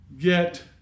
get